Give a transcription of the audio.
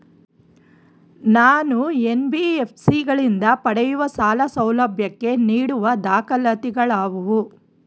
ನಾನು ಎನ್.ಬಿ.ಎಫ್.ಸಿ ಗಳಿಂದ ಪಡೆಯುವ ಸಾಲ ಸೌಲಭ್ಯಕ್ಕೆ ನೀಡುವ ದಾಖಲಾತಿಗಳಾವವು?